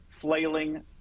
flailing